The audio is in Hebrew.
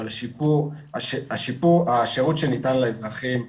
אבל השירות שניתן לאזרחים השתפר.